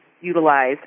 utilize